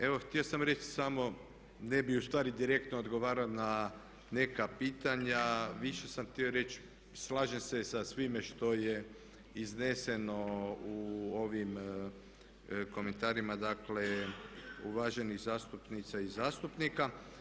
Evo htio sam reć samo, ne bi ustvari direktno odgovarao na neka pitanja, više sam htio reći slažem se sa svime što je izneseno u ovim komentarima dakle uvaženih zastupnica i zastupnika.